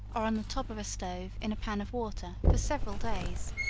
or on the top of a stove, in a pan of water, for several days.